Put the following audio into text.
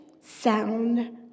sound